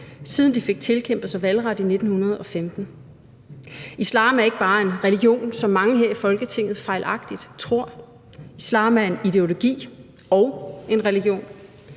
siden de fik tilkæmpet sig valgret i 1915. Islam er ikke bare en religion, som mange her i Folketinget fejlagtigt tror. Islam er en ideologi og en religion.